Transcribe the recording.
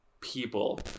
people